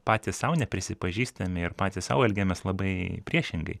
patys sau neprisipažįstame ir patys sau elgiamės labai priešingai